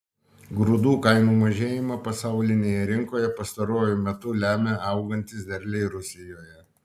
grūdų kainų mažėjimą pasaulinėje rinkoje pastaruoju metu lemia augantys derliai rusijoje